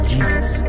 Jesus